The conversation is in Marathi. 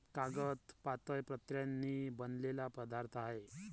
कागद पातळ पत्र्यांनी बनलेला पदार्थ आहे